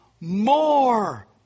more